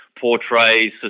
portrays